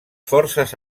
forces